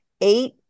eight